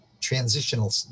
transitional